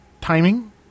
timing